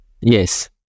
Yes